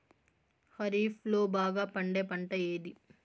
ఖరీఫ్ లో బాగా పండే పంట ఏది?